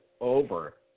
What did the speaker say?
over